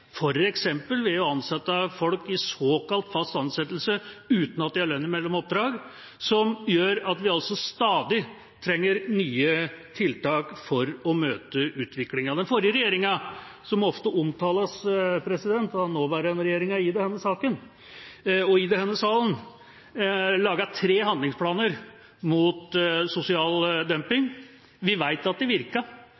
ved å ansette folk i såkalt fast ansettelse uten at de har lønn mellom oppdrag, som gjør at vi stadig trenger nye tiltak for å møte utviklinga. Den forrige regjeringa, som ofte omtales av den nåværende regjeringa i denne salen, lagde tre handlingsplaner mot sosial dumping.